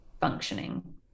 functioning